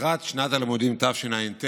לקראת שנת הלימודים תשע"ט